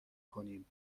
کنیم